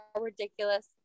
ridiculous